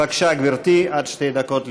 בבקשה גברתי, עד שתי דקות לרשותך.